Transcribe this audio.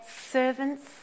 servants